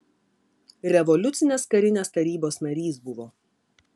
revoliucinės karinės tarybos narys buvo